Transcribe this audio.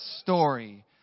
story